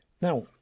Now